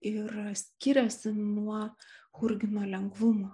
ir skiriasi nuo churgino lengvumo